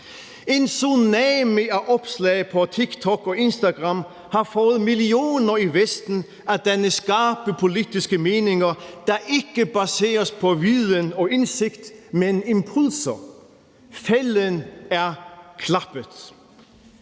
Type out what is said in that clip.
En tsunami af opslag på TikTok og Instagram har fået millioner i Vesten til at danne skarpe politiske meninger, der ikke baseres på viden og indsigt, men impulser. Fælden er klappet.